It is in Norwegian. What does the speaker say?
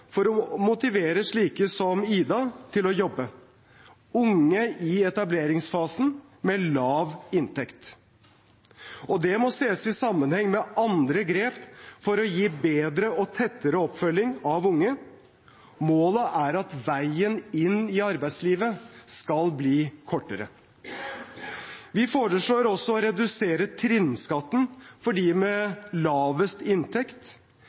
for å motivere slike som Ida til å jobbe, unge i etableringsfasen med lav inntekt. Det må ses i sammenheng med andre grep for å gi bedre og tettere oppfølging av unge. Målet er at veien inn i arbeidslivet skal bli kortere. Vi foreslår også å redusere trinnskatten for dem med lavest inntekt.